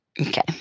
Okay